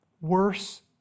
worse